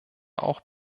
auch